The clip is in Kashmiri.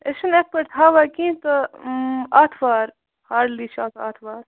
أسۍ چھِنہٕ یِتھ پٲٹھۍ تھاوان کینٛہہ تہٕ آتھوار ہاڈلی چھِ آسان آتھوار